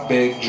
Big